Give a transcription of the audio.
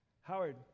Howard